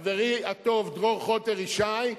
חברי הטוב דרור חוטר-ישי,